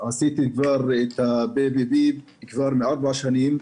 לפני ארבע שנים.